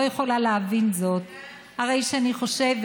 שיש לנו מזל גדול שיש לנו מדינת ישראל ושאני מאוד מאוד גאה בה.